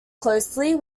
closely